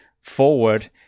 forward